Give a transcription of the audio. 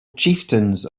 chieftains